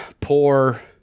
poor